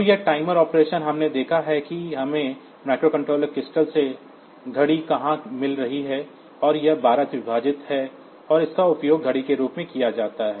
तो यह timer operation हमने देखा है कि हमें माइक्रोकंट्रोलर क्रिस्टल से घड़ी कहां मिल रही है और यह 12 से विभाजित है और इसका उपयोग घड़ी के रूप में किया जाता है